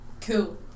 Cool